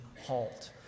halt